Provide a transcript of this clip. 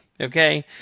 okay